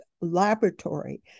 laboratory